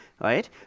Right